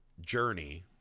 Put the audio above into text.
journey